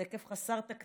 זה היקף חסר תקדים